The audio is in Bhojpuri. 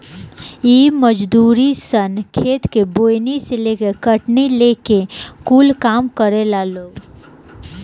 इ मजदूर सन खेत के बोअनी से लेके कटनी ले कूल काम करेला लोग